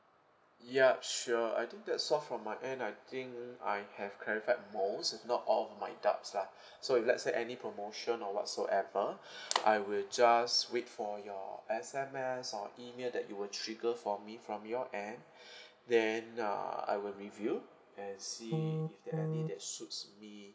ya sure I think that's all from my end I think I have clarified most if not all of my doubts lah so if let's say any promotion or whatsoever I will just wait for your S_M_S or email that you will trigger for me from your end then uh I will review and see if there any that suits me